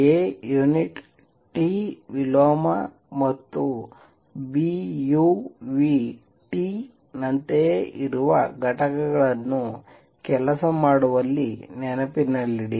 A unit T ವಿಲೋಮ ಮತ್ತು Bu ನಂತೆಯೇ ಇರುವ ಈ ಘಟಕಗಳನ್ನು ಕೆಲಸ ಮಾಡುವಲ್ಲಿ ನೆನಪಿನಲ್ಲಿಡಿ